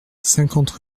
cinquante